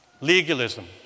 Legalism